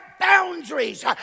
boundaries